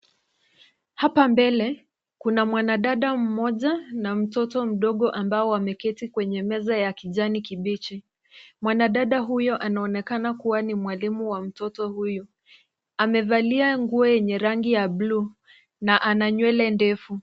Hapa mbele kuna mwanadada mmoja na mtoto mdogo ambao wameketi kwenye meza ya kijani kibichi. Mwanadada huyo anaonekana kuwa ni mwalimu wa mtoto huyu. Amevalia nguo yenye rangi ya bluu na ana nywele ndefu.